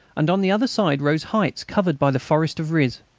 and on the other side rose heights covered by the forest of riz.